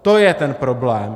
To je ten problém.